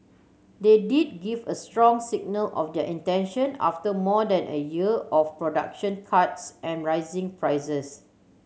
they did give a strong signal of their intention after more than a year of production cuts and rising prices